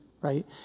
right